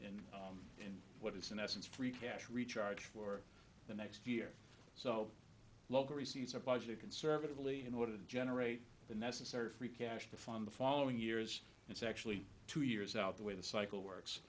in in what is in essence free cash recharge for the next year so local receipts our budget conservatively in order to generate the necessary free cash to fund the following years it's actually two years out the way the cycle works